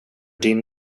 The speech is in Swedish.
din